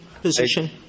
position